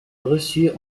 reçue